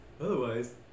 Otherwise